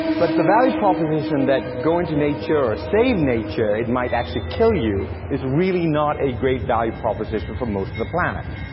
but the value proposition that go into nature or save nature, it might actually kill you is really not a great value proposition for most of the planet.